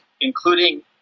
including